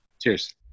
Cheers